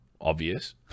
obvious